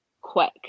quick